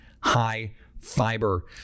high-fiber